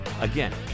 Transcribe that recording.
Again